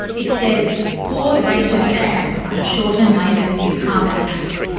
it says ford ranger banned under shorten labor's new carbon tax.